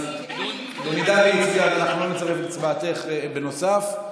אם היא הצביעה, לא נצרף את הצבעתך בנוסף.